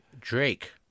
Drake